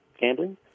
gambling